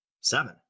seven